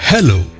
Hello